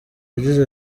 yagize